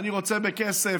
אני רוצה בכסף,